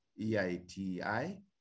EITI